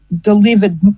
delivered